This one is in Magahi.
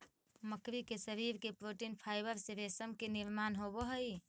मकड़ी के शरीर के प्रोटीन फाइवर से रेशम के निर्माण होवऽ हई